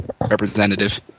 representative